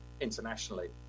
internationally